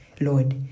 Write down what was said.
Lord